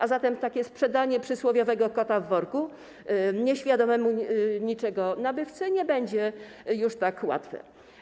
A zatem sprzedanie przysłowiowego kota w worku nieświadomemu niczego nabywcy nie będzie już tak łatwe.